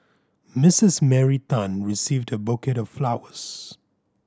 Misses Mary Tan received a bouquet of flowers